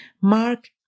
Mark